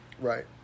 Right